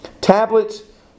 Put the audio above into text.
tablets